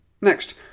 next